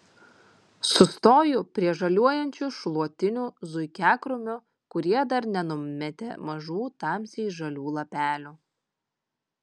sustoju prie žaliuojančių šluotinių zuikiakrūmių kurie dar nenumetė mažų tamsiai žalių lapelių